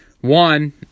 one